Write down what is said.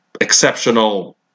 exceptional